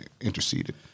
interceded